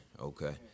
okay